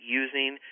using